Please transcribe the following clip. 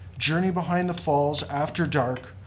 journey behind the falls after dark,